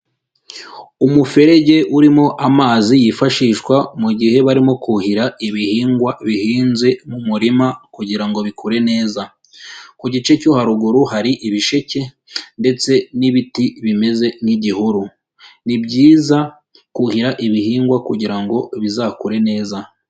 Umuferege urimo amazi yifashishwa mu gihe barimo kuhira ibihingwa bihinze mu murima kugira ngo bikure neza, ku gice cyo haruguru hari ibisheke ndetse n'ibiti bimeze nk'igihuru, ni byiza kuhira ibihingwa kugira ngo bizakure neza.